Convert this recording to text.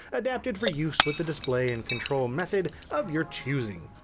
adapted for use with the display and control method of your choosing.